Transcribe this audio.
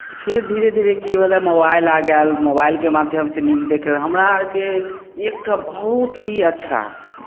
फेर धीरे धीरे की भेलै मोबाइल आ गेल मोबाइलके माध्यमसँ न्यूज देखी हमरा आरके एक एकटा बहुत ही अच्छा